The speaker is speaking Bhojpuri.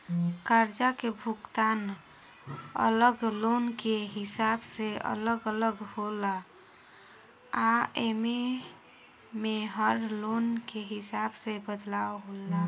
कर्जा के भुगतान अलग लोन के हिसाब से अलग अलग होला आ एमे में हर लोन के हिसाब से बदलाव होला